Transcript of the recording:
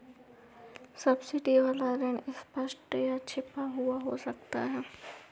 subsidy वाला ऋण स्पष्ट या छिपा हुआ हो सकता है